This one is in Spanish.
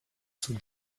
sus